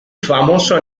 famoso